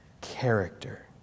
character